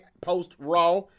post-Raw